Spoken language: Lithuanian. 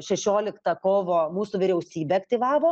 šešioliktą kovo mūsų vyriausybė aktyvavo